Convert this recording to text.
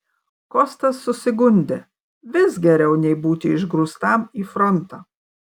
kostas susigundė vis geriau nei būti išgrūstam į frontą